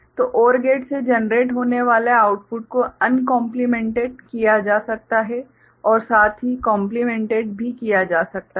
तो OR gate से generate होने वाले आउटपुट को अनकोम्प्लीमेंटेड किया जा सकता है और साथ ही कोम्प्लीमेंटेड भी किया जा सकता है